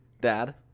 Dad